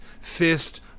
fist